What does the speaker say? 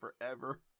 forever